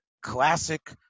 classic